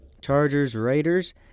Chargers-Raiders